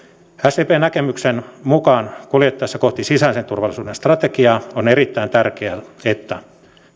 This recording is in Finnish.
sdpn näkemyksen mukaan kuljettaessa kohti sisäisen turvallisuuden strategiaa on erittäin tärkeää että